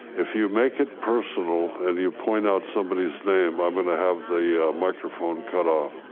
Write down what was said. if you make it personal and you point out somebody's name, i'm gonna have the microphone cutoff.